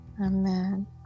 Amen